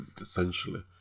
essentially